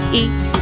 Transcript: eat